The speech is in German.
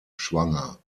schwanger